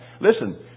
Listen